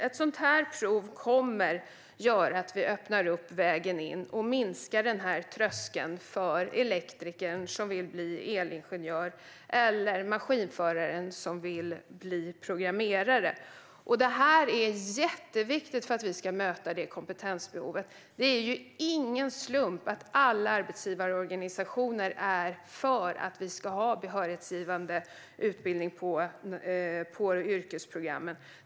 Ett sådant här prov kommer att öppna upp vägen in och sänka tröskeln för elektrikern som vill bli elingenjör eller maskinföraren som vill bli programmerare. Och det här är jätteviktigt för att vi ska möta det kompetensbehovet. Det är ingen slump att alla arbetsgivarorganisationer är för att ha behörighetsgivande utbildning på yrkesprogrammen.